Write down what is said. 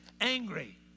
angry